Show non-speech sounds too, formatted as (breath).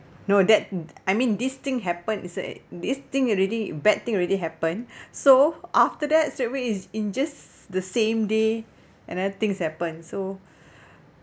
no that I mean this thing happened is uh this thing already bad thing already happened (breath) so after that straight away is in just the same day and then things happen so (breath)